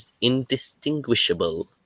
indistinguishable